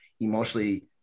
emotionally